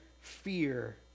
fear